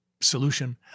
solution